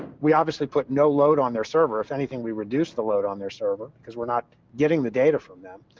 we obviously put no load on their server, if anything, we reduce the load on their server, because we're not getting the data from them. ah.